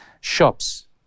Shops